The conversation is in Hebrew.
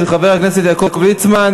של חבר הכנסת יעקב ליצמן.